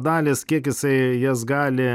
dalys kiek jisai jas gali